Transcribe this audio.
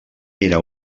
era